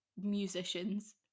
musicians